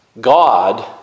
God